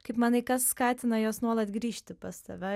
kaip manai kas skatina juos nuolat grįžti pas tave